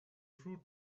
fruit